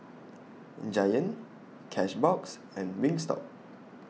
Giant Cashbox and Wingstop